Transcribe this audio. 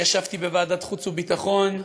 אני ישבתי בוועדת חוץ וביטחון,